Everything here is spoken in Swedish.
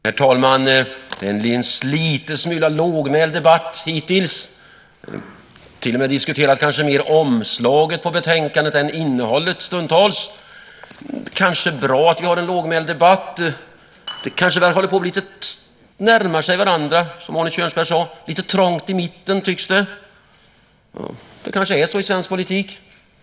Herr talman! Det har hittills varit en lite lågmäld debatt. Stundtals kanske till och med omslaget på betänkandet har diskuterats mer än innehållet. Det är kanske bra att vi har en lågmäld debatt. Vi kanske håller på att närma oss varandra, som Arne Kjörnsberg sade. Det tycks vara lite trångt i mitten. Det kanske är så i svensk politik.